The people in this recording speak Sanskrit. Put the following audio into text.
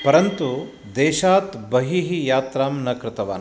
परन्तु देशात् बहिः यात्रां न कृतवान्